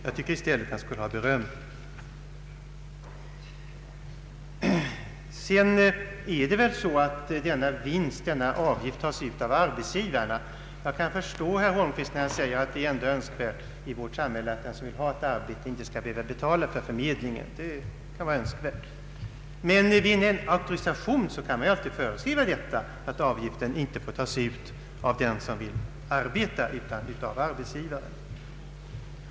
I stället borde han ha beröm. Denna vinst, denna avgift, tas ju ut från arbetsgivarna. Jag kan förstå herr Holmqvist, när han säger att det ändå är önskvärt att den som vill ha ett arbete i vårt samhälle inte skall behöva betala för förmedlingen. Men vid en auktorisation kan ju föreskrivas att avgiften skall tas ut från arbetsgivaren. Förresten kostar all förmedling pengar.